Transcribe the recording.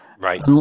Right